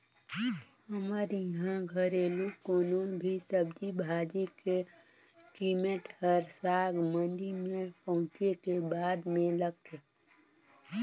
हमर इहां घरेलु कोनो भी सब्जी भाजी के कीमेत हर साग मंडी में पहुंचे के बादे में लगथे